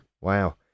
Wow